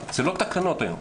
זה לא תקנות היום,